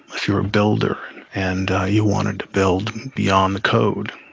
if you were a builder and you wanted to build beyond the code,